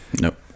Nope